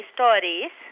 Stories